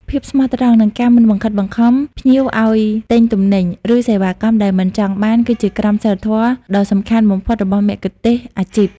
ភាពស្មោះត្រង់ និងការមិនបង្ខិតបង្ខំភ្ញៀវឱ្យទិញទំនិញ ឬសេវាកម្មដែលមិនចង់បាន គឺជាក្រមសីលធម៌ដ៏សំខាន់បំផុតរបស់មគ្គុទ្ទេសក៍អាជីព។